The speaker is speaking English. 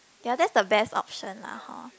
ya that's the best option lah hor